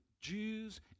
Jews